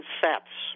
sets